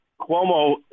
Cuomo